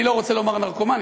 אני לא רוצה לומר נרקומנית,